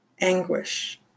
anguish